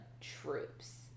troops